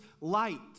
light